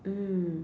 mm